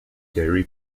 dairy